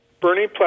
Bernie